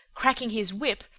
cracking his whip,